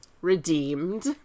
Redeemed